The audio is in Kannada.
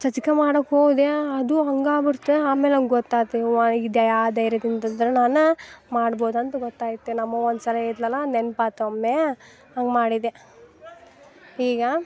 ಚಚ್ಕಾ ಮಾಡಕ್ಕೆ ಹೋದೆ ಅದು ಹಂಗಾ ಬಿಡ್ತ ಆಮೇಲೆ ನಂಗೆ ಗೊತ್ತಾತು ಯವ್ವಾ ಇದು ಯಾ ಧೈರ್ಯದಿಂದ ನಾನು ಮಾಡ್ಬೋದಂತ ಗೊತ್ತಾಯ್ತು ನಮ್ಮವ್ವ ಒಂದು ಸಲ ಎದ್ಲಲಾ ನೆನ್ಪಾತು ಒಮ್ಮೆ ಹಂಗೆ ಮಾಡಿದೆ ಈಗ